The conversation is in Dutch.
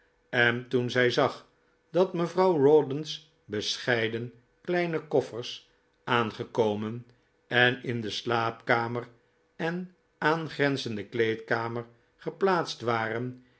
en toen zij zag dat mevrouw rawdon's bescheiden kleine koffers aangekomen en in de slaapkamer en aangrenzende kleedkamer geplaatst waren